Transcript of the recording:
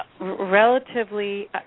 Relatively